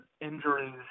injuries